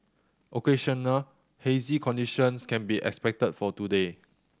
occasional hazy conditions can be expected for today